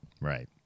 Right